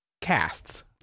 casts